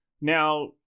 Now